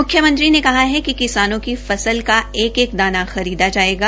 मुख्यमंत्री ने कहा है कि किसानों की फसल का एक एक दाना खरीदा जायेगा